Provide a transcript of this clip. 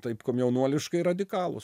taip komjaunuoliškai radikalūs